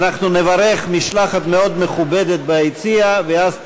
אנחנו נברך משלחת מאוד מכובדת ביציע ואז תעלה,